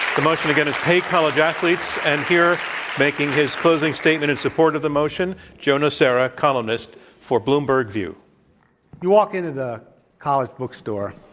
the motion, again, is pay college athletes. and here making his closing statement in support of the motion joe nocera, columnist for bloomberg view. i you walk into the college bookstores,